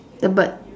the bird